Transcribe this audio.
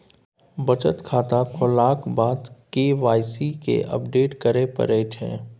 बचत खाता खोललाक बाद के वाइ सी केँ अपडेट करय परै छै